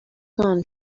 can